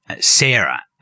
Sarah